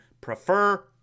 prefer